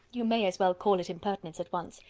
you may as well call it impertinence at once.